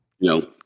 No